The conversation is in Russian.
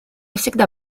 всегда